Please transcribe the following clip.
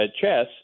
chess